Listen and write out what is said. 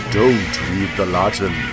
don'treadthelatin